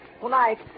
Tonight